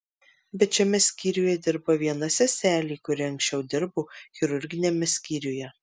bet šiame skyriuje dirba viena seselė kuri anksčiau dirbo chirurginiame skyriuje